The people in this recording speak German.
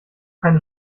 keine